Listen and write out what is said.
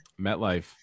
MetLife